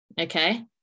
okay